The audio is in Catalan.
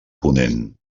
ponent